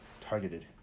targeted